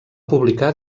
publicar